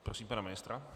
Prosím pana ministra.